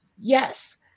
yes